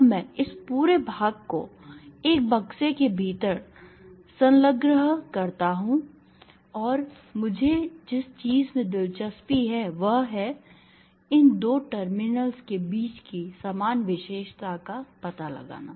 अब मैं इस पूरे भाग को एक बक्से के भीतर संलग्न करता हूं और मुझे जिस चीज में दिलचस्पी है वह है इन दो टर्मिनल्स के बीच की समान विशेषता का पता लगाना